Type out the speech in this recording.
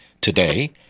today